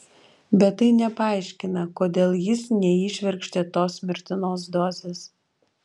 bet tai nepaaiškina kodėl jis neįšvirkštė tos mirtinos dozės